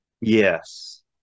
Yes